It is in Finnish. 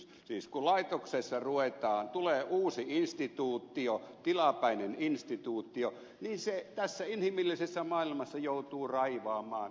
siis kun laitoksesta tulee uusi instituutio tilapäinen instituutio niin se tässä inhimillisessä maailmassa joutuu raivaamaan itsellensä tilaa